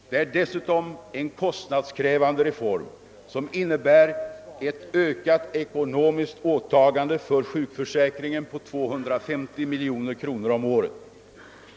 Det är dessutom fråga om en kostnadskrävande reform, som innebär ett ökat ekonomiskt åtagande för sjukförsäkringen på 250 miljoner kronor om året.